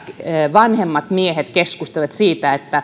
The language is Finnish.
vanhemmat miehet keskustelivat siitä